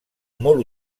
molt